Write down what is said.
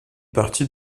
partie